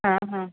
हां हां